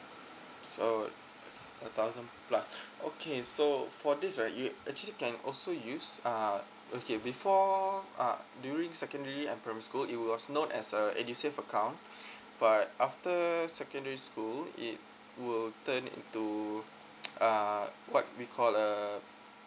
so a thousand plus okay so for this right you actually can also use uh okay before uh during secondary and primary school it was known as a edusave account but after secondary school it will turn into uh what you call a